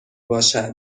باشد